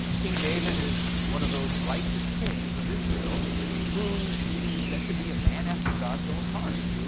king david is one of those righteous kings of israel who is said to be a man after god's own heart.